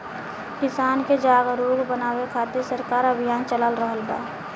किसान के जागरुक बानवे खातिर सरकार अभियान चला रहल बा